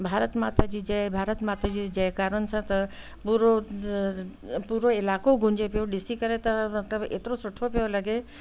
भारत माता जी जय भारत माता जी जय कारनि सां त पूरो पूरो इलाइक़ो गुंजे पियो ॾिसी करे त मतिलबु एतिरो सुठो पियो लॻे